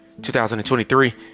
2023